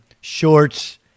shorts